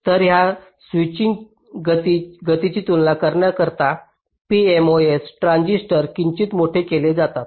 तर या स्विचिंग गतीची तुलना करण्याकरिता pMOS ट्रान्झिस्टर किंचित मोठे केले जातात